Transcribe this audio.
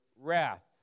wrath